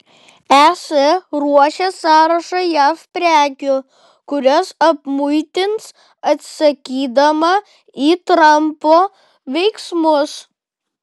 es ruošia sąrašą jav prekių kurias apmuitins atsakydama į trampo veiksmus